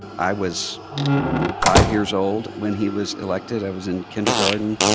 i was five years old when he was elected. i was in kindergarten.